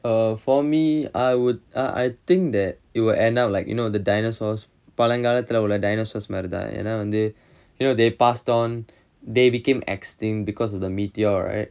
err for me I would uh I think that it will end up like you know the dinosaurs பழங்காலத்துல உள்ள:palangaalathula ulla dinosaurs மாரிதான் ஏன்னா வந்து:maarithaan yaennaa vanthu you know they passed on they became extinct because of the meteor right